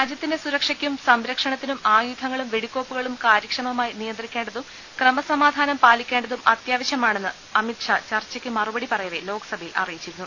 രാജ്യത്തിന്റെ സുരക്ഷയ്ക്കും സംരക്ഷണത്തിനും ആയുധ ങ്ങളും വെടിക്കോപ്പുകളും കാര്യക്ഷമമായി നിയന്ത്രിക്കേണ്ടതും ക്രമ സമാധാനം പാലിക്കേണ്ടതും അത്യാവശ്യമാണെന്നും അമിത്ഷാ ചർച്ചക്ക് മറുപടി പറയവേ ലോക്സഭയിൽ അറിയിച്ചിരുന്നു